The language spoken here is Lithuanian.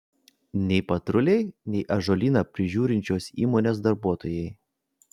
nei patruliai nei ąžuolyną prižiūrinčios įmonės darbuotojai